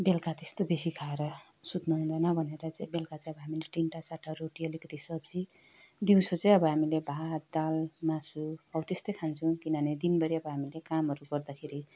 बेलुका त्यस्तो बेसी खाएर सुत्नुहुँदैन भनेर चाहिँ बेलुका चाहिँ हामीले तिनवटा चारवटा रोटी अलिकति सब्जी दिउँसो चाहि अब हामीले भात दाल मासु हौ त्यस्तै खान्छौँ किनभने दिनभरि अब हामीले कामहरू गर्दाखेरि